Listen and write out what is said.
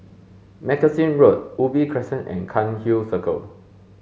Magazine Road Ubi Crescent and Cairnhill Circle